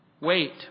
wait